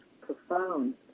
profound